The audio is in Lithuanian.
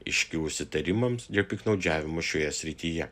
iškilus įtarimams dėl piktnaudžiavimo šioje srityje